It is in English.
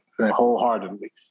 wholeheartedly